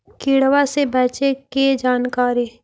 किड़बा से बचे के जानकारी?